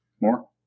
More